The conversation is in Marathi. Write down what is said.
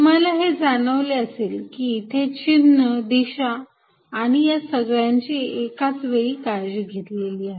तुम्हाला हे जाणवले असेल की इथे चिन्ह दिशा आणि या सगळ्यांची एकाच वेळी काळजी घेतलेली आहे